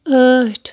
ٲٹھ